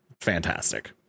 Fantastic